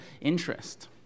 interest